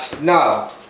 No